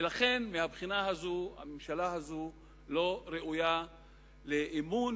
ולכן מהבחינה הזאת הממשלה הזאת לא ראויה לאמון,